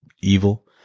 evil